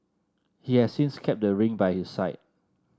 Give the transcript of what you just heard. he has since kept the ring by his side